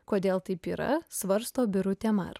kodėl taip yra svarsto birutė mar